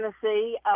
Tennessee